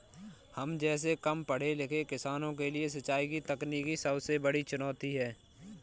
हम जैसै कम पढ़े लिखे किसानों के लिए सिंचाई की तकनीकी सबसे बड़ी चुनौती है